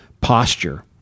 posture